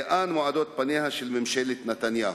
לאן מועדות פניה של ממשלת נתניהו.